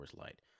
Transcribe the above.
Light